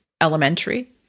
elementary